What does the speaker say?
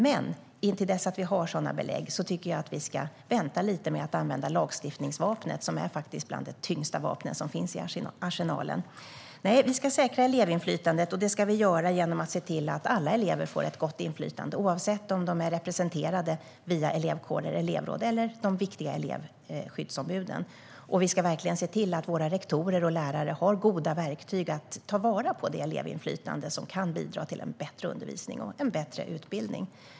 Men till dess att vi har sådana belägg tycker jag att vi ska vänta med att använda lagstiftningsvapnet, som faktiskt är bland de tyngsta som finns i arsenalen. Vi ska säkra elevinflytandet, och det ska vi göra genom att se till att alla elever får ett gott inflytande, oavsett om de är representerade via elevkårer, elevråd eller de viktiga elevskyddsombuden. Vi ska verkligen se till att våra rektorer och lärare har goda verktyg att ta vara på det elevinflytande som kan bidra till en bättre undervisning och utbildning.